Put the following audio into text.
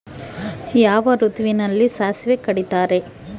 ಯಾವ ಋತುವಿನಲ್ಲಿ ಸಾಸಿವೆ ಕಡಿತಾರೆ?